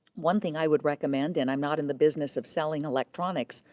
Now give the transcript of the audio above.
one thing i would recommend, and i'm not in the business of selling electronics,